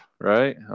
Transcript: right